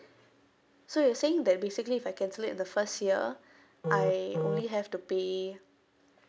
so you're saying that basically if I cancel it in the first year I only have to pay